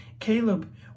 Caleb